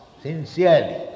sincerely